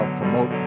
promote